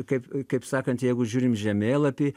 kaip kaip sakant jeigu žiūrim į žemėlapį